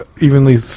evenly